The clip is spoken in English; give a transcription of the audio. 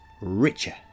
richer